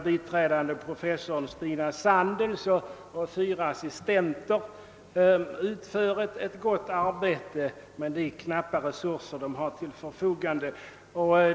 Biträdande professor Stina Sandels och hennes fyra assistenter utför där ett mycket gott arbete med de knappa resurser som står till deras förfogan de.